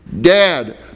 Dad